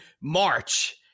March